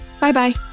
Bye-bye